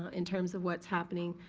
ah in terms of what's happening.